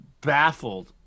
baffled